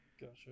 Gotcha